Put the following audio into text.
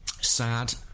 Sad